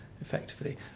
effectively